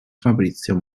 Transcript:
fabrizio